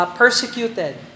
persecuted